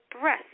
breath